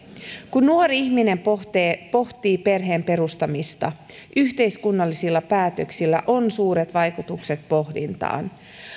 kun nuori ihminen pohtii pohtii perheen perustamista yhteiskunnallisilla päätöksillä on suuret vaikutukset pohdintaan